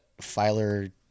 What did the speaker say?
Filer